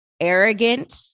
arrogant